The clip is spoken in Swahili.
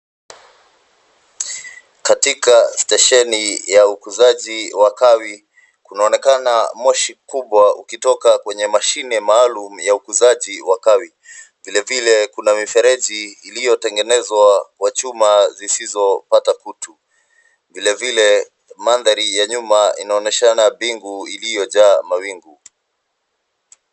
Katika stesheni ya ukuzaji wa kawi, kunaonekana moshi kubwa ukitoka kwenye mashine maalum ya ukuzaji wa kawi. Vile vile, kuna mifereji iliyotengenezwa kwa chuma zisizopata kutu. Vile vile, mandhari ya nyuma inaonyeshana bingu iliyojaa mawingu.